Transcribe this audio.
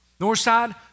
Northside